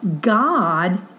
God